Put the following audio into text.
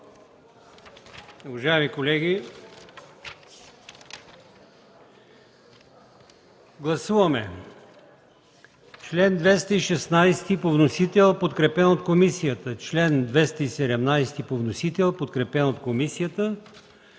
Уважаеми колеги, гласуваме чл. 216 – по вносител, подкрепен от комисията; чл. 217 – по вносител, подкрепен от комисията;